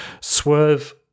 Swerve